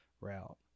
route